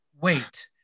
Wait